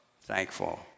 thankful